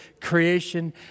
creation